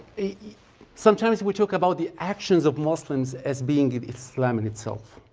sometimes we talk about the actions of muslims as being islam and itself.